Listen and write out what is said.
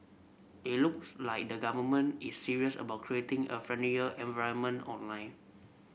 it looks like the government is serious about creating a friendlier environment online